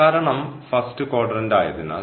കാരണം first quadrant ആയതിനാൽ